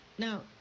Now